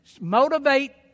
Motivate